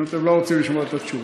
אם אתם לא רוצים לשמוע את התשובה.